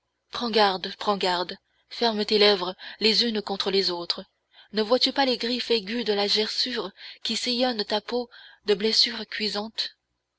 prends garde prends garde ferme tes lèvres les unes contre les autres ne vois-tu pas les griffes aiguës de la gerçure qui sillonne ta peau de blessures cuisantes